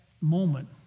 moment